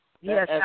Yes